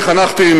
חנכתי,